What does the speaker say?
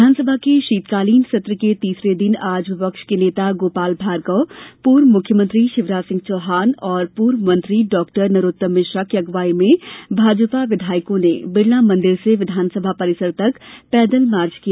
विधानसभा के शीतकालीन सत्र के तीसरे दिन आज विपक्ष के नेता गोपाल भार्गव पूर्व मुख्यमंत्री शिवराज सिंह चौहान और पूर्व मंत्री डॉ नरोत्तम मिश्रा की अगुवाई में भाजपा विधायकों ने बिड़ला मंदिर से विधानसभा परिसर तक पैदल मार्च किया